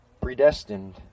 predestined